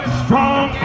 strong